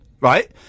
right